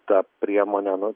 ta priemonė nu